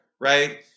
Right